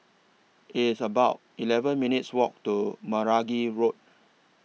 It's about eleven minutes' Walk to Meragi Road